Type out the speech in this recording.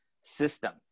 system